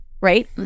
right